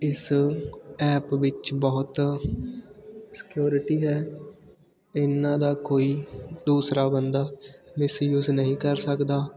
ਇਸ ਐਪ ਵਿੱਚ ਬਹੁਤ ਸਿਕਿਉਰਿਟੀ ਹੈ ਇਹਨਾਂ ਦਾ ਕੋਈ ਦੂਸਰਾ ਬੰਦਾ ਮਿਸਯੂਜ ਨਹੀਂ ਕਰ ਸਕਦਾ